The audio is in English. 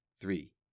three